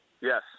Yes